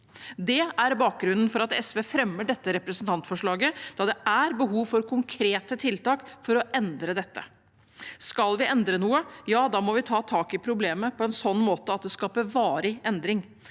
Det er bakgrunnen for at SV fremmer dette representantforslaget, da det er behov for konkrete tiltak for å endre dette. Skal vi endre noe, må vi ta tak i problemet på en slik måte at det skaper varig endring.